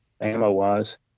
ammo-wise